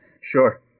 Sure